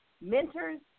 mentors